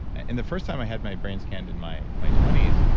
and the first time i had my brain scanned in my my twenty s,